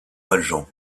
valjean